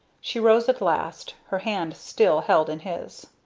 she rose at last, her hand still held in his.